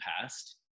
past